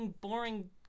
boring